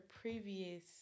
previous